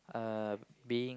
um being